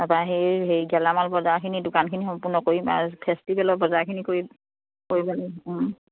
তাৰ পৰা সেই হেৰি গেলামাল বজাৰখিনি দোকানখিনি সম্পূৰ্ণ কৰিম আৰু ফেষ্টিভেলৰ বজাৰখিনি কৰিম কৰিব লাগিব